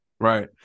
right